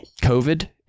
COVID